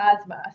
asthma